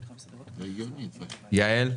יעל?